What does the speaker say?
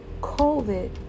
COVID